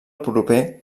proper